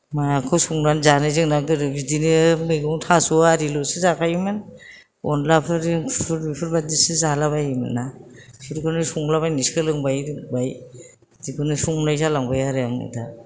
माखौ संनानै जानो जोंना गोदो बिदिनो मैगं थास' आरि ल'सो जाखायोमोन अनद्लाफोरजों फुल बेफोरबादिसो जालाबायोमोन ना बेफोरखौनो संलाबायनो सोलोंबाय रोंबाय बिदिखौनो संनाय जालांबाय आरो आङो